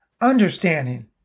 understanding